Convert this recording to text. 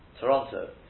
Toronto